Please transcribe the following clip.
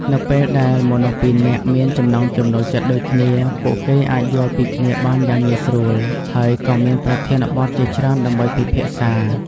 នៅពេលដែលមនុស្សពីរនាក់មានចំណង់ចំណូលចិត្តដូចគ្នា ពួកគេអាចយល់ពីគ្នាបានយ៉ាងងាយស្រួល ហើយក៏មានប្រធានបទជាច្រើនដើម្បីពិភាក្សា។